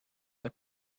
but